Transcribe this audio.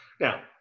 now